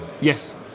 Yes